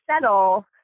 settle